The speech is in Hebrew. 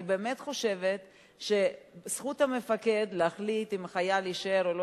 אני באמת חושבת שזכות המפקד להחליט אם החייל יישאר או לא,